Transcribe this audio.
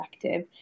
perspective